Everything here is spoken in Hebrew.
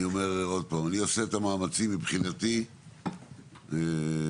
אני אעשה את המאמצים מבחינתי ואנחנו